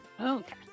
okay